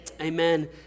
Amen